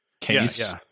case